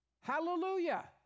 Hallelujah